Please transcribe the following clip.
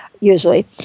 usually